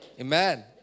amen